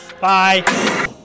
Bye